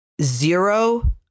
zero